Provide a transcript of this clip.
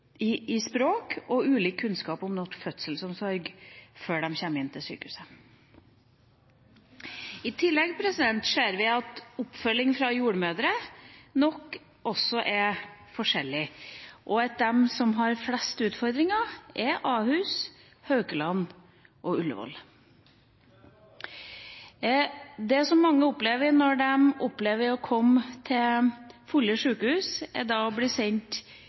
kunnskap i språk og ulik kunnskap om norsk fødselsomsorg før de kommer inn til sykehuset. I tillegg ser vi at oppfølging fra jordmødre nok også er forskjellig, og at de som har flest utfordringer, er Ahus, Haukeland og Ullevål. Det som mange opplever når de kommer til fulle sykehus, er å bli sendt